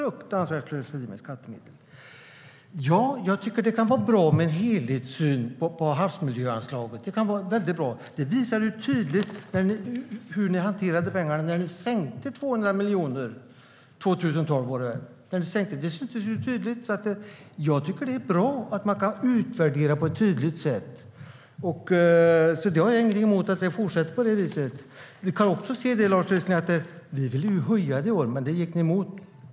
Det är riktigt att jag tycker att det kan vara bra med en helhetssyn på havsmiljöanslaget. När ni 2012 sänkte anslaget med 200 miljoner syntes det tydligt hur ni hanterade pengarna. Därför tycker jag att det är bra att man på ett tydligt sätt kan utvärdera, och jag har ingenting emot att det fortsätter på det viset. Vi ville höja det i år, Lars Tysklind, men det gick ni emot.